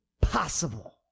possible